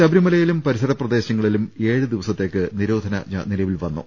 ശബരിമലയിലും പരിസരപ്രദേശങ്ങളിലും എഴ് ദിവസത്തേക്ക് നിരോധനാജ്ഞ നിലവിൽ വന്നു